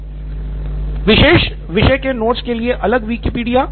professor विशेष विषय के नोट्स के लिए अलग Wikipedia